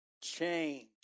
change